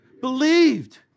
Believed